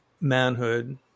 manhood